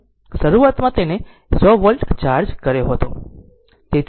શરૂઆતમાં તેને 100 volt charge કર્યો હતો